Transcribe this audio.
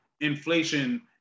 inflation